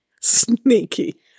sneaky